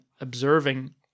observing